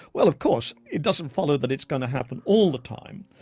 well of course, it doesn't follow that it's going to happen all the time.